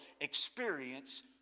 experience